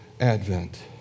Advent